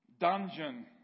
dungeon